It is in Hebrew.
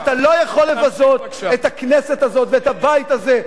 אתה לא יכול לבזות את הכנסת הזאת ואת הבית הזה,